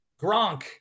Gronk